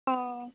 अ